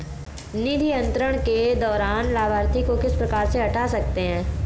निधि अंतरण के दौरान लाभार्थी को किस प्रकार से हटा सकते हैं?